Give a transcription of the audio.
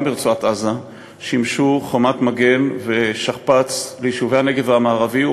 ברצועת-עזה שימשו חומת מגן ושכפ"ץ ליישובי הנגב המערבי,